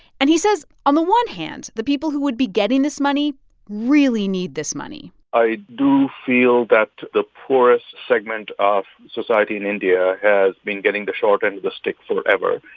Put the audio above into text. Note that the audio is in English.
and he says, on the one hand, the people who would be getting this money really need this money i do feel that the poorest segment of society in india has been getting the short end of the stick forever.